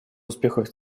успехов